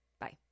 bye